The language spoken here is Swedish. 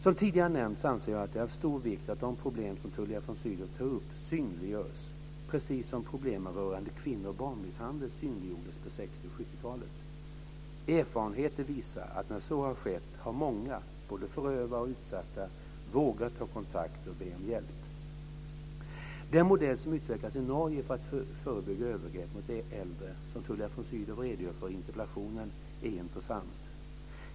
Som tidigare nämnts anser jag att det är av stor vikt att de problem som Tullia von Sydow tar upp synliggörs, precis som problemen rörande kvinnooch barnmisshandel synliggjordes på 60 och 70 talen. Erfarenheter visar att när så har skett har många, både förövare och utsatta, vågat ta kontakt och be om hjälp. Den modell som utvecklats i Norge för att förebygga övergrepp mot äldre, som Tullia von Sydow redogör för i interpellationen, är intressant.